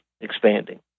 expanding